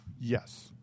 Yes